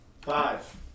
Five